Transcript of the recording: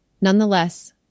Nonetheless